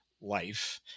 life